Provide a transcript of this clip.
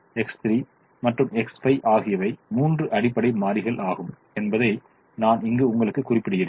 X1 X3 மற்றும் X5 ஆகியவை 3 அடிப்படை மாறிகள் ஆகும் என்பதை நான் இங்கு உங்களுக்காக குறிப்பிடுகிறேன்